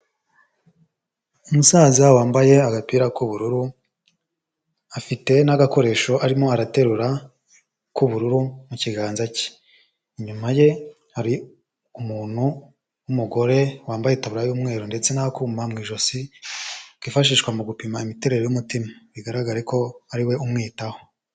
Umusaza wambaye agapira k'ubururu, afite n'agakoresho arimo araterura k'ubururu mu kiganza cye, inyuma ye hari umuntu w'umugore wambaye itaburiya y'umweru ndetse n'akuma mu ijosi, kifashishwa mu gupima imiterere y'umutima bigaragara ko ari we umwitaho.